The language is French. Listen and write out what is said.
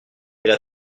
c’est